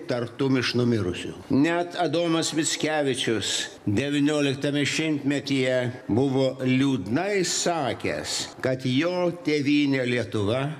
tartum iš numirusių net adomas mickevičius devynioliktame šimtmetyje buvo liūdnai sakęs kad jo tėvynė lietuva